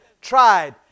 tried